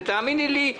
תאמיני לי,